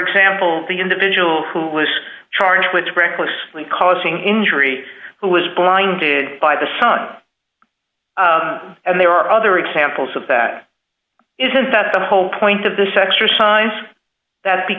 example the individual who was charged with reckless lee causing injury who was blinded by the sun and there are other examples of that is that the whole point of this exercise that be